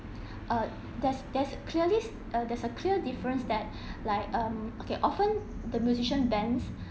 uh there's there's clearly uh there's a clear difference that like um okay often the musician bands